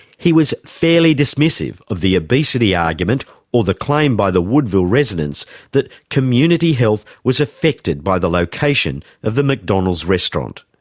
he was fairly dismissive of the obesity argument or the claim by the woodville residents that community health was affected by the location of the mcdonald's restaurant.